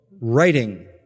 writing